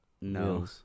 No